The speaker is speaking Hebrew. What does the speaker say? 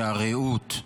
שהרעות,